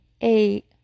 eight